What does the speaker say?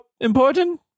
important